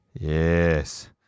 yes